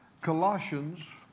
Colossians